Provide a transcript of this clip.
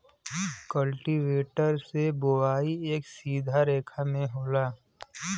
cultivator से बोवाई एक सीधा रेखा में होला